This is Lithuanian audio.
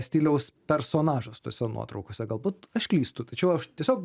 stiliaus personažas tose nuotraukose galbūt aš klystu tačiau aš tiesiog